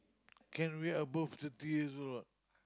can wait above thirty years old not